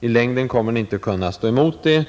I längden kommer ni inte att kunna stå emot det.